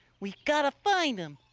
we gotta find him.